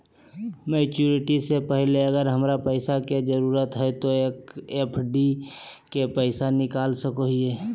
Maturity से पहले अगर हमरा पैसा के जरूरत है तो एफडी के पैसा निकल सको है?